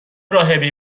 راهبی